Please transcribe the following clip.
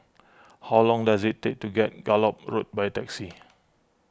how long does it take to get Gallop Road by taxi